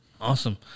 Awesome